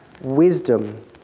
wisdom